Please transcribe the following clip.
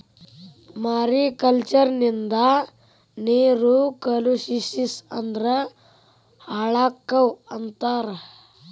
mariculture ನಿಂದ ನೇರು ಕಲುಷಿಸ ಅಂದ್ರ ಹಾಳಕ್ಕಾವ ಅಂತಾರ